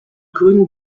grünen